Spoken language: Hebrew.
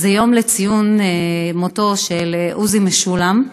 יום ציון מותו של עוזי משולם,